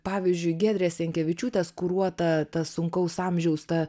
pavyzdžiui giedrės jankevičiūtės kuruota ta sunkaus amžiaus ta